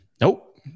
Nope